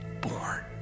born